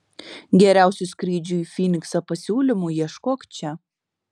geriausių skrydžių į fyniksą pasiūlymų ieškok čia